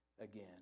again